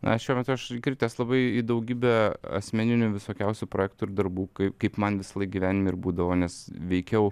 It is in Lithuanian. na šiuo metu aš įkritęs labai į daugybę asmeninių visokiausių projektų ir darbų kaip man visąlaik gyvenime ir būdavo nes veikiau